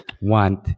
want